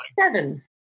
seven